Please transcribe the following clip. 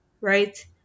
Right